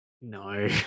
No